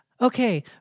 Okay